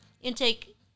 intake